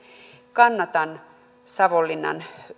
kannatan savonlinnan